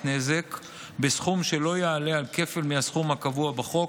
נזק בסכום שלא יעלה על כפל הסכום הקבוע בחוק,